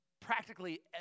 practically